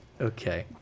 Okay